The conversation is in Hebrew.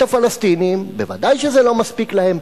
את הפלסטינים, ודאי שזה לא מספיק להם.